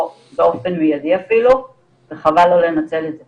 באופן מיידי אפילו וחבל לא לנצל את זה.